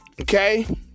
Okay